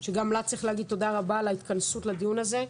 שגם לא צריך להגיד תודה רבה על ההתכנסות לדיון הזה,